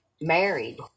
married